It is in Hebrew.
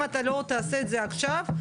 אם לא תעשה את זה עכשיו,